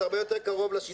זה הרבה יותר קרוב לשיטה שלך,